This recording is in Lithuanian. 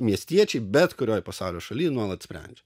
miestiečiai bet kurioj pasaulio šaly nuolat sprendžia